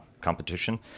competition